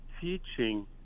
teaching